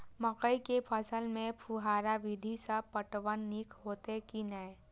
मकई के फसल में फुहारा विधि स पटवन नीक हेतै की नै?